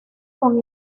con